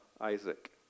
Isaac